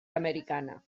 americana